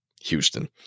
Houston